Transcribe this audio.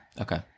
Okay